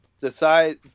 Decide